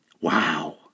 Wow